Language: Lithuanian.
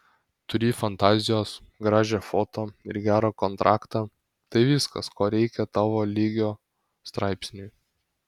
turi fantazijos gražią foto ir gerą kontraktą tai viskas ko reikia tavo lygio straipsniui